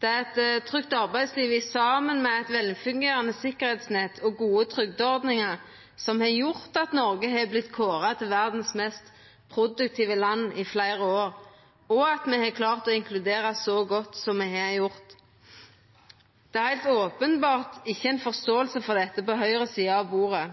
Det er eit trygt arbeidsliv i saman med eit velfungerande sikkerheitsnett og gode trygdeordningar som har gjort at Noreg har vorte kåra til verdas mest produktive land i fleire år, og at me har klart å inkludera så godt som me har gjort. Det er heilt openbert ikkje forståing for dette på høgre sida av bordet,